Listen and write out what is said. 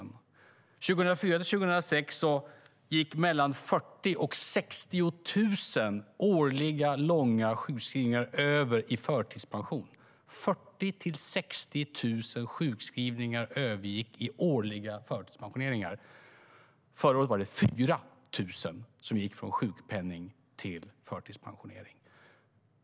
Under perioden 2004-2006 gick mellan 40 000 och 60 000 långa sjukskrivningar årligen över i förtidspension. Förra året var det 4 000 som gick från sjukpenning till förtidspensionering.